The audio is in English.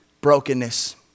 brokenness